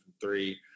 three